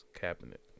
cabinet